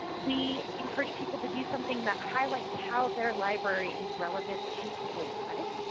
we encourage people to do something that highlights how their library is relevant to people's lives.